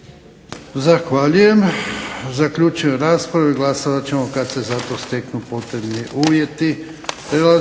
Zahvaljujem. Zaključujem raspravu. Glasovat ćemo kada se za to steknu potrebni uvjeti.